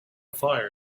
fire